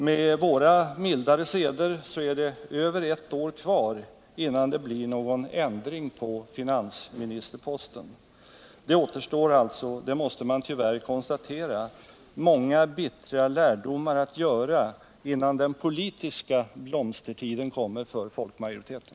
Med våra mildare seder är det över ett år kvar innan det blir någon ändring på finansministerposten. Det återstår alltså — det måste man tyvärr konstatera — många bittra lärdomar att dra innan den politiska blomstertiden kommer för folkmajoriteten.